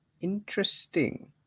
Interesting